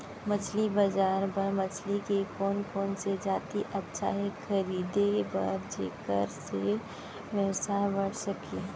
मछली बजार बर मछली के कोन कोन से जाति अच्छा हे खरीदे बर जेकर से व्यवसाय बढ़ सके?